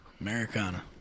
Americana